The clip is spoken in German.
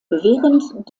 während